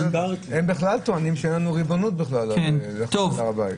הם בכלל טוענים שאין לנו ריבונות בכלל בהר הבית.